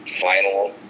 final